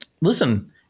listen